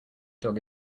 dog